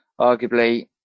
arguably